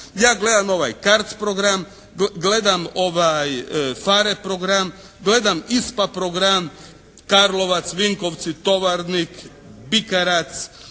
Ja gledam ovaj CARDS program, gledam PHARE program, gledam ISPA program, Karlovac, Vinkovci, Tovarnik, Bikarac,